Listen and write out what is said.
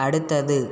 அடுத்தது